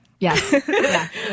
Yes